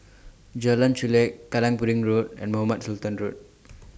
Jalan Chulek Kallang Pudding Road and Mohamed Sultan Road